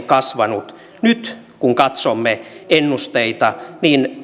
kasvanut nyt kun katsomme ennusteita